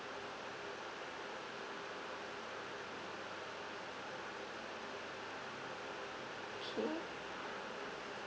okay